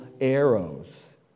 arrows